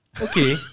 okay